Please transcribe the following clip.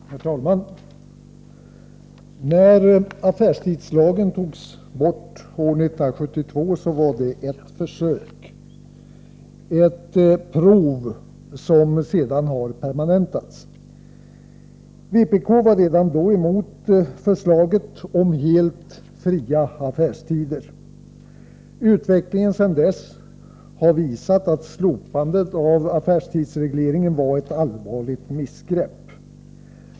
Herr talman! När affärstidslagen togs bort 1972, var det ett försök, ett prov som sedan har permanentats. Vpk var redan då emot förslaget om helt fria affärstider. Utvecklingen sedan dess har visat att slopandet av affärstidsregleringen var ett allvarligt missgrepp.